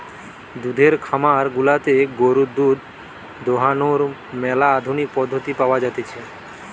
দুধের খামার গুলাতে গরুর দুধ দোহানোর ম্যালা আধুনিক পদ্ধতি পাওয়া জাতিছে